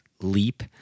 leap